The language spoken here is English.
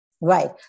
Right